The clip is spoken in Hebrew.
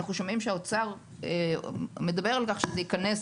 אנחנו שומעים שהאוצר מדבר על כך שזה יכנס